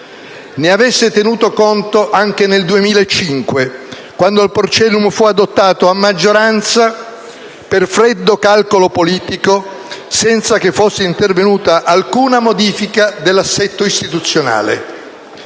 ne avesse tenuto conto anche nel 2005, quando il "porcellum" fu adottato a maggioranza, per freddo calcolo politico, senza che fosse intervenuta alcuna modifica dell'assetto istituzionale.